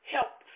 Help